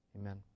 amen